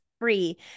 free